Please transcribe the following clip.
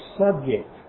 subject